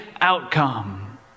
outcome